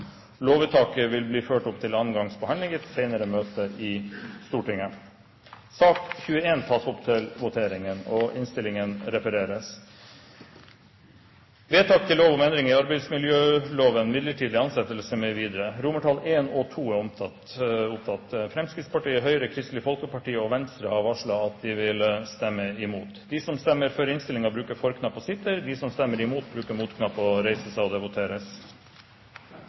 Lovvedtaket vil bli ført opp til andre gangs behandling i et senere møte i Stortinget. Fremskrittspartiet, Høyre, Kristelig Folkeparti og Venstre har varslet at de vil stemme imot. Det voteres